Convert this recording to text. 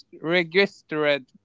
registered